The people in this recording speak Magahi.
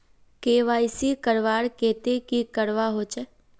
के.वाई.सी करवार केते की करवा होचए?